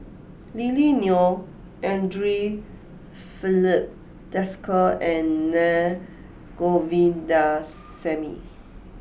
Lily Neo Andre Filipe Desker and Naa Govindasamy